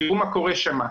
תראו מה קורה שם,